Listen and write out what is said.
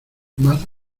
más